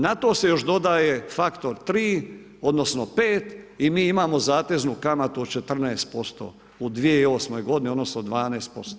Na to se još dodaje faktor tri odnosno pet i mi imamo zateznu kamatu od 14% u 2008. godini odnosno 12%